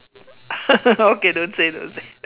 okay don't say don't say